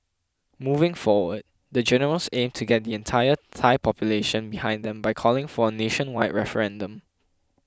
moving forward the generals aim to get the entire Thai population behind them by calling for a nationwide referendum